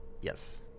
Yes